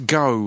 go